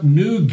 new